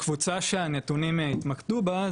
הקבוצה שהנתונים התמקדו בה,